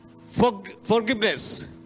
Forgiveness